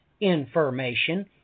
information